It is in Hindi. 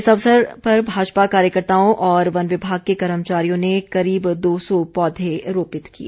इस अवसर भाजपा कार्यकर्ताओं और वन विभाग के कर्मचारियों ने करीब दो सौ पौधे रोपित किए